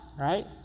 right